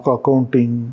Accounting